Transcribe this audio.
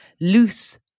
loose